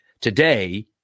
Today